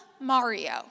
Mario